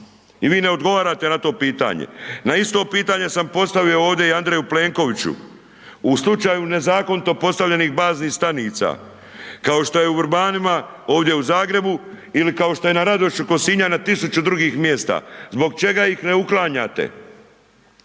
i vi ne odgovarate na to pitanje. Na isto pitanje sam postavio ovdje i Andreju Plenkoviću. U slučaju nezakonito postavljenih baznih stanica, kao što je u Vrbanima, ovdje u Zagrebu ili kao što se na Radošu kod Sinja na 1000 drugih mjesta. Zbog čega ih ne uklanjate?